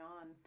on